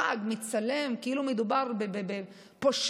חג, מצלם, כאילו מדובר בפושעים,